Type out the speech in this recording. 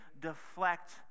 deflect